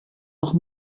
noch